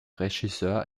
regisseur